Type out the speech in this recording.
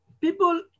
people